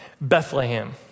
Bethlehem